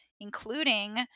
including